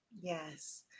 Yes